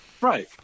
Right